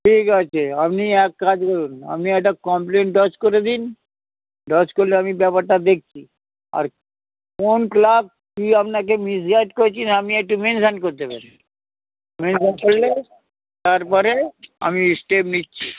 ঠিক আছে আপনি এক কাজ করুন আপনি একটা কমপ্লেন ডজ করে দিন ডজ করলে আমি ব্যাপারটা দেখছি আর কোন ক্লাক কি আপনাকে মিসগাইড করেছে আমি একটু মেনশান করতে পারেন মেনশান করলে তারপরে আমি স্টেপ নিচ্ছি